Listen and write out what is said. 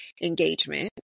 engagement